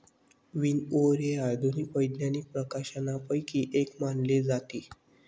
विनओवर हे आधुनिक वैज्ञानिक प्रकाशनांपैकी एक मानले जाते